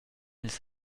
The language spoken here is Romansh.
ils